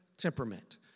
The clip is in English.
temperament